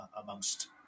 amongst